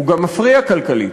הוא גם מפריע כלכלית.